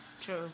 true